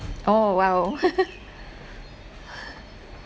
oh !wow!